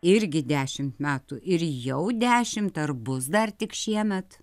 irgi dešimt metų ir jau dešimt ar bus dar tik šiemet